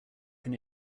can